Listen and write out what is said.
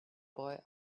boy